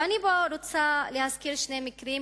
ואני פה רוצה להזכיר שני מקרים,